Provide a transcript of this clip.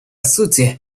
сути